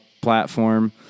platform